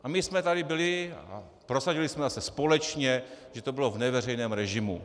A my jsme tady byli a prosadili jsme zase společně, že to bylo v neveřejném režimu.